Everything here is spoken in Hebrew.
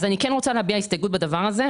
אני רוצה להביע הסתייגות כלפי ההצעה הזאת,